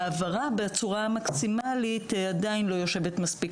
ההעברה בצורה המקסימלית עדיין לא יושבת טוב מספיק.